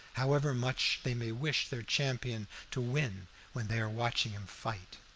however much they may wish their champion to win when they are watching him fight.